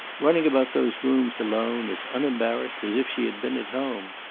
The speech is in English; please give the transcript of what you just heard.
running about those rooms alone, as unembarrassed as if she had been at home.